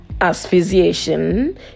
asphyxiation